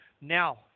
now